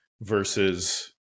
versus